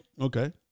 Okay